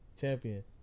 Champion